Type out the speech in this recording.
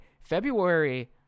February